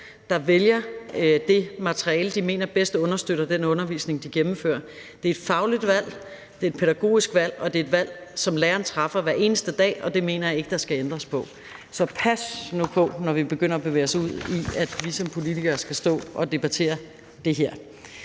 der vælger det materiale, de mener bedst understøtter den undervisning, de gennemfører. Det er et fagligt valg, det er et pædagogisk valg, og det er et valg, som læreren træffer hver eneste dag – og det mener jeg ikke der skal ændres på. Så vi skal passe på, når vi som politikere bevæger os ud i at debattere det her.